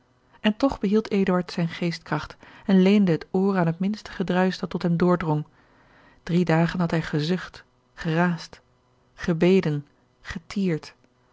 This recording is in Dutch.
en toch behield eduard zijne geestkracht en leende het oor aan het minste gedruisch dat tot hem doordrong drie dagen had hij gezucht geraasd gebeden getierd